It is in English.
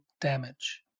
damage